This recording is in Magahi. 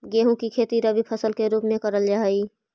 गेहूं की खेती रबी फसल के रूप में करल जा हई